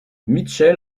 mitchell